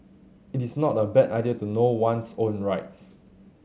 it is not a bad idea to know one's own rights